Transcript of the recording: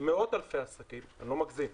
מאות אלפי עסקים ואני לא מגזים,